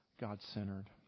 God-centered